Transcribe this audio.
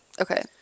Okay